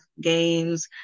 games